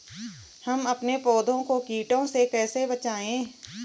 हम अपने पौधों को कीटों से कैसे बचाएं?